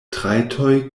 trajtoj